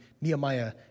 Nehemiah